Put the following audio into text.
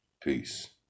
Peace